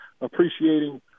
appreciating